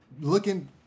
looking